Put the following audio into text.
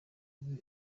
ubu